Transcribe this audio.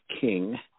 king